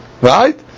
right